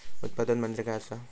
उत्पादन म्हणजे काय असा?